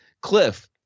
Cliff